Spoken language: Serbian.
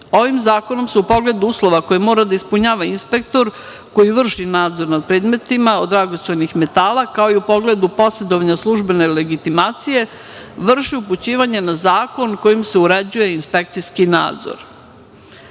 zakonom se u pogledu uslova koje mora da ispunjava inspektor koji vrši nadzor nad predmetima od dragocenih metala, kao i u pogledu posedovanja službene legitimacije, vrši upućivanje na zakon kojim se uređuje inspekcijski